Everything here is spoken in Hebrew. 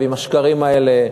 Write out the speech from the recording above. ועם השקרים האלה,